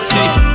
See